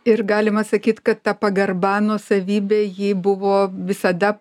ir galima sakyt kad ta pagarba nuosavybei ji buvo visada